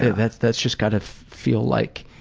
that's that's just gotta feel like